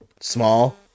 small